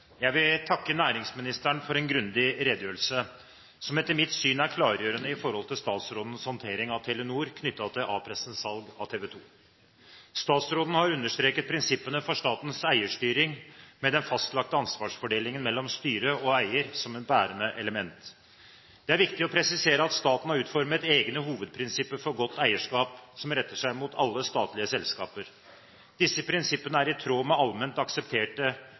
klargjørende i forhold til statsrådens håndtering av Telenor knyttet til A-pressens salg av TV 2. Statsråden har understreket prinsippene for statens eierstyring, med den fastlagte ansvarsfordelingen mellom styre og eier som et bærende element. Det er viktig å presisere at staten har utformet egne hovedprinsipper for godt eierskap som retter seg mot alle statlige selskaper. Disse prinsippene er i tråd med allment aksepterte